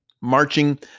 marching